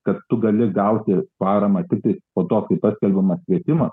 kad tu gali gauti paramą tiktai po to kai paskelbiamas kvietimas